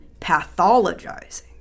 pathologizing